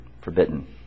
forbidden